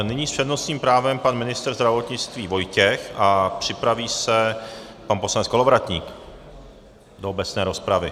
Nyní s přednostním právem pan ministr zdravotnictví Vojtěch a připraví se pan poslanec Kolovratník do obecné rozpravy.